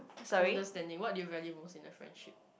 understanding what do you value most in a friendship